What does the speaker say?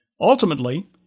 Ultimately